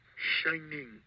shining